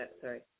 sorry